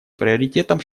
приоритетом